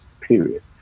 period